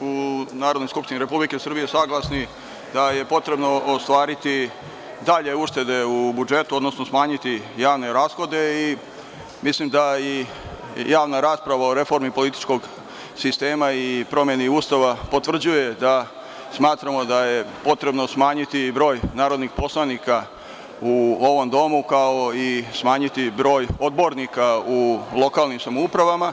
u Narodnoj skupštini Republike Srbije saglasni da je potrebno ostvariti dalje uštede u budžetu, odnosno smanjiti javne rashode i mislim da i javna rasprava o reformi političkog sistema i promeni Ustava potvrđuje da smatramo da je potrebno smanjiti broj narodnih poslanika u ovom domu, kao i smanjiti broj odbornika u lokalnim samoupravama.